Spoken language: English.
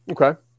Okay